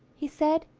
he said.